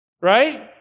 right